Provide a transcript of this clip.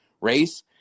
race